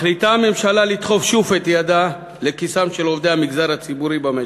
מחליטה הממשלה לדחוף שוב את ידה לכיסם של עובדי המגזר הציבורי במשק.